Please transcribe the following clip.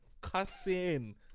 cussing